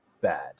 bad